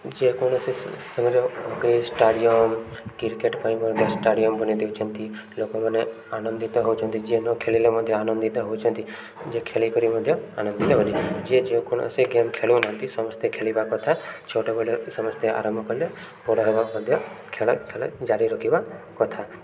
ଯେକୌଣସି ସମୟରେ hockey stadium cricket ପାଇଁ ମଧ୍ୟ ଷ୍ଟାଡ଼ିୟମ୍ ବନେଇ ଦେଉଛନ୍ତି ଲୋକମାନେ ଆନନ୍ଦିତ ହେଉଛନ୍ତି ଯିଏ ନ ଖେଳିଲେ ମଧ୍ୟ ଆନନ୍ଦିତ ହେଉଛନ୍ତି ଯିଏ ଖେଳିିକରି ମଧ୍ୟ ଆନନ୍ଦିତ ଅଟେ ଯିଏ ଯେକୌଣସି ଗେମ୍ ଖେଳୁନାହାନ୍ତି ସମସ୍ତେ ଖେଳିବା କଥା ଛୋଟବେଳେ ସମସ୍ତେ ଆରମ୍ଭ କଲେ ବଡ଼ ହେବା ମଧ୍ୟ ଖେଳ ଜାରି ରଖିବା କଥା